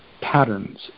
patterns